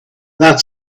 that